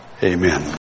Amen